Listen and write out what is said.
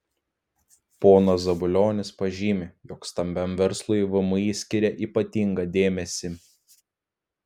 ponas zabulionis pažymi jog stambiam verslui vmi skiria ypatingą dėmesį